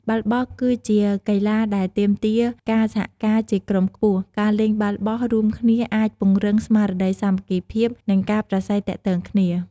បាល់បោះគឺជាកីឡាដែលទាមទារការសហការជាក្រុមខ្ពស់ ការលេងបាល់បោះរួមគ្នាអាចពង្រឹងស្មារតីសាមគ្គីភាព និងការប្រាស្រ័យទាក់ទងគ្នា។